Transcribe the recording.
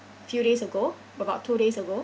few days ago about two days ago